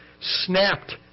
snapped